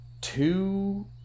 two